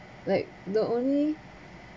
like the only